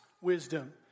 wisdom